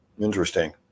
Interesting